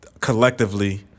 collectively